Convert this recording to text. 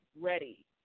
ready